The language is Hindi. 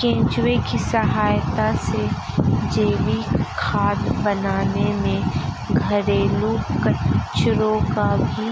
केंचुए की सहायता से जैविक खाद बनाने में घरेलू कचरो का भी